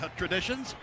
traditions